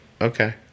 okay